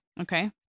Okay